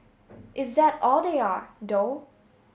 is that all they are though